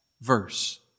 Verse